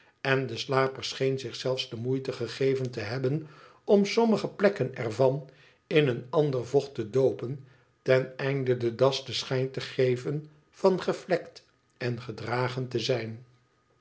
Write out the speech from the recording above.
en de slaper scheen zich zelfs de moeite gegeven te hebben om sommige plekken er van in een of ander vocht te doopen ten einde de das den schijn te geven van gevlekt en gedragen te zijn